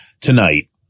tonight